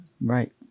Right